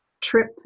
trip